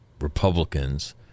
Republicans